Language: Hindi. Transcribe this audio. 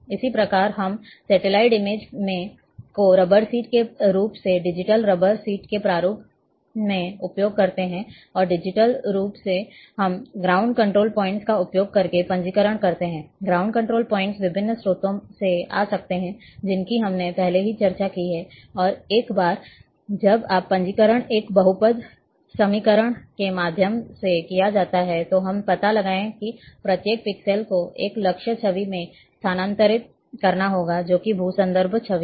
इसी प्रकार हम सैटेलाइट इमेज को रबर सीट के रूप में डिजिटल रबर सीट के रूप में उपयोग करते हैं और डिजिटल रूप से हम ग्राउंड कंट्रोल पॉइंट का उपयोग करके पंजीकरण करते हैं ग्राउंड कंट्रोल पॉइंट विभिन्न स्रोतों से आ सकते हैं जिनकी हमने पहले ही चर्चा की है और एक बार जब यह पंजीकरण एक बहुपद समीकरण के माध्यम से किया जाता है तो हम पता लगाएं कि प्रत्येक पिक्सेल को एक लक्ष्य छवि में स्थानांतरित करना होगा जो कि भू संदर्भ छवि है